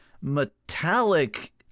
metallic